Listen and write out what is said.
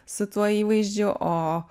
su tuo įvaizdžiu o